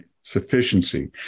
sufficiency